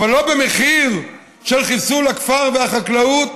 אבל לא במחיר של חיסול הכפר והחקלאות